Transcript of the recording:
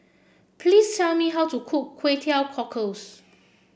please tell me how to cook Kway Teow Cockles